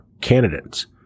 candidates